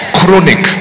chronic